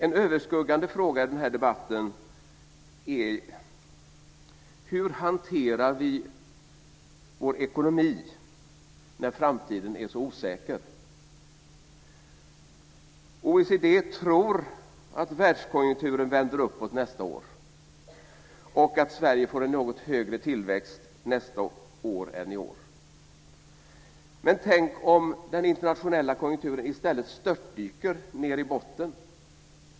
En överskuggande fråga i debatten är: Hur hanterar vi vår ekonomi när framtiden är så osäker? OECD tror att världskonjunkturen vänder uppåt nästa år och att Sverige får en något högre tillväxt nästa år än i år. Men tänk om den internationella konjunkturen i stället störtdyker ned i botten?